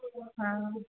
हँ